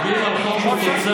אנחנו מצביעים על חוק מפוצל,